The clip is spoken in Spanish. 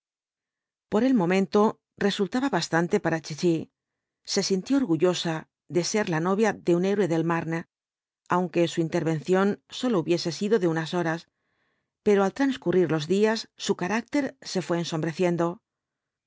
por el momento resultaba bastante para chichi se sintió orguuosa de ser la novia de un héroe del marne aunque su intervención sólo hubiese sido de unas horas pero al transcurrir los días su carácter se fué ensombreciendo